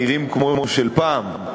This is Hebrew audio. נראים כמו של פעם.